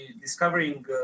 discovering